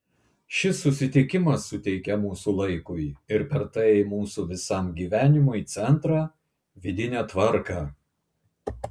šis susitikimas suteikia mūsų laikui ir per tai mūsų visam gyvenimui centrą vidinę tvarką